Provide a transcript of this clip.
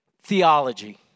theology